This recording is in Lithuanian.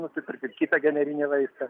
nusipirkti kitą generinį vaistą